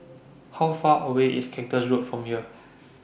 How Far away IS Cactus Road from here